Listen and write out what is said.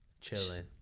chilling